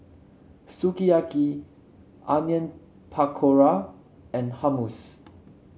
Sukiyaki Onion Pakora and Hummus